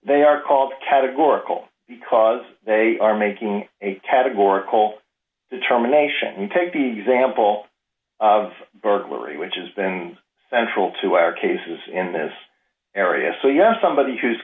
they are called categorical because they are making a categorical determination to take the example of burglary which is been central to our cases in this area so you know somebody who's